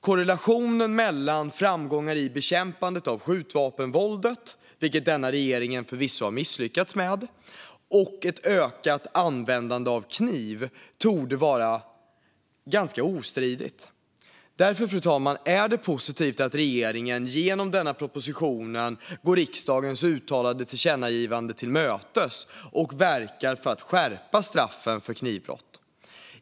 Korrelationen mellan framgångar i bekämpandet av skjutvapenvåldet - vilket denna regering förvisso har misslyckats med - och ett ökat användande av kniv torde vara ganska ostridig. Därför, fru talman, är det positivt att regeringen genom denna proposition går riksdagens uttalade tillkännagivande till mötes och verkar för att skärpa straffen för knivbrott.